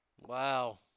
Wow